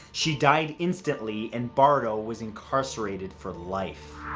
she died instantly and bardo was incarcerated for life.